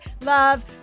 love